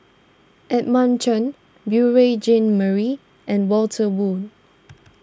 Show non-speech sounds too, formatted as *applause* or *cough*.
Edmund Chen Beurel Jean Marie and Walter Woon *noise*